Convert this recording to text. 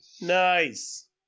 Nice